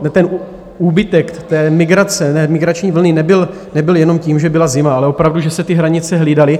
A ten úbytek té migrace, migrační vlny, nebyl jenom tím, že byla zima, ale opravdu že se ty hranice hlídaly.